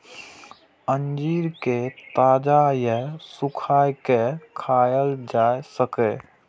अंजीर कें ताजा या सुखाय के खायल जा सकैए